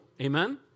amen